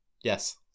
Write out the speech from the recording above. Yes